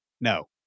No